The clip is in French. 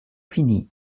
fini